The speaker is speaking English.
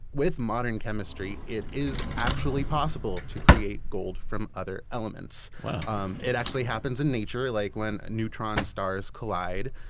with modern chemistry, it is actually possible to create gold from other elements wow um it actually happens in nature, like when neutron stars collide,